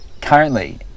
currently